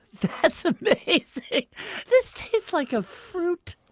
that's amazing this tastes like a fruit.